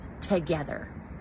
together